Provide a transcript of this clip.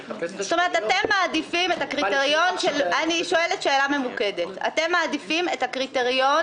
אני שואלת שאלה ממוקדת: כלומר אתם מעדיפים את הקריטריון